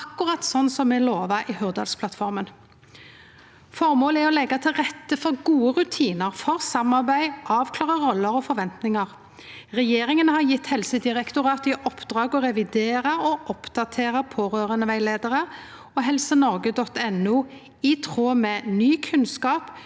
akkurat sånn som me lova i Hurdalsplattforma. Formålet er å leggje til rette for gode rutinar for samarbeid og avklare roller og forventningar. Regjeringa har gjeve Helsedirektoratet i oppdrag å revidere og oppdatere pårøranderettleiarar og helsenorge.no i tråd med ny kunnskap